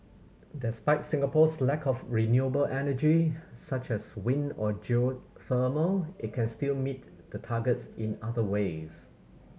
despite Singapore's lack of renewable energy such as wind or geothermal it can still meet the targets in other ways